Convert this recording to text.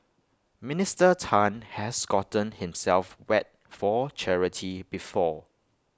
Minister Tan has gotten himself wet for charity before